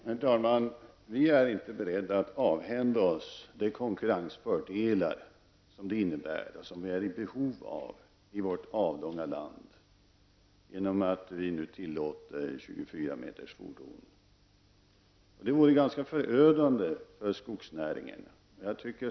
Herr talman! Vi är inte beredda att avhända oss de konkurrensfördelar det innebär, och vilka vi är i behov av i vårt avlånga land, att vi nu tillåter 24 metersfordon. Det vore ganska förödande för skogsnäringen.